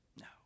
No